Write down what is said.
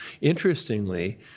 Interestingly